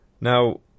Now